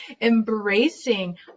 embracing